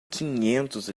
quinhentos